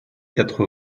quatre